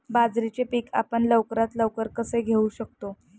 बाजरीचे पीक आपण लवकरात लवकर कसे घेऊ शकतो?